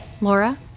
Laura